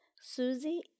Susie